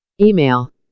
Email